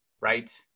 right